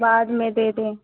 बाद में दे दें